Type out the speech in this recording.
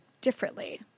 differently